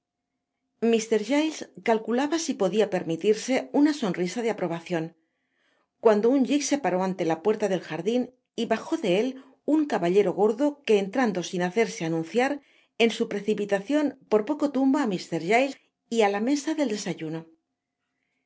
giles calculaba si podia permitirse una sonrisa de aprobacion cuando un gig se paró ante la puerta del jardin y bajo de él un caballero gordo que entrando sin hacerse anunciar en su precipitacion por poco tumba á mr giles y á a mesa del desayuno